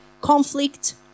conflict